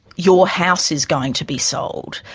your house is going to be sold.